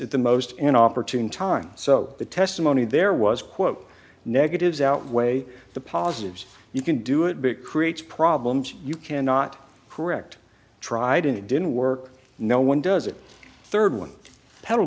at the most inopportune time so the testimony there was quote negatives outweigh the positives you can do it because it's problems you cannot correct tried and it didn't work no one does it third one p